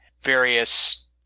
various